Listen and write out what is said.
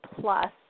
plus